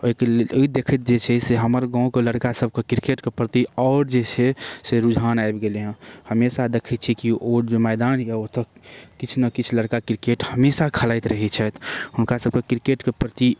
ओहिके लेल ओहि देखैत जे छै से हमर गामके लड़कासभके किरकेटके प्रति आओर जे छै से रुझान आबि गेलै हँ हमेशा देखै छिए कि ओ जे मैदान अइ ओतऽ किछु ने किछु लड़का किरकेट हमेशा खेलाइत रहै छथि हुनकासभके किरकेटके प्रति